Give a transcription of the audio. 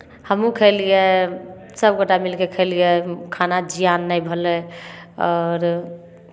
हमहूँ खेलियै सभ गोटा मिलि कऽ खेलियै खाना जियान नहि भेलै आओर